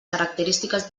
característiques